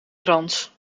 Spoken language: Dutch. krans